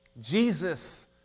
Jesus